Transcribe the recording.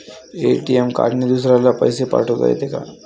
ATM कार्डने दुसऱ्याले पैसे पाठोता येते का?